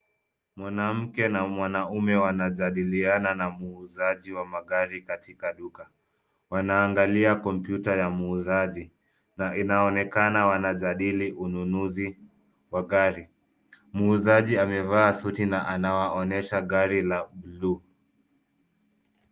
Mwanamke na mwanaume wanajadiliana na muuzaji wa magari katika duka. Wanaangalia kompyuta ya muuzaji na inaonekana wanajadili ununuzi wa gari. Muuzaji amevaa suti na anawaonyesha gari la bluu.